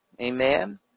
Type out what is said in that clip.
Amen